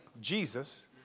Jesus